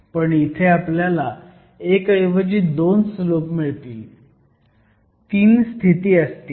पण इथे आपल्याला 1 ऐवजी दोन स्लोप मिळतील 3 स्थिती असतील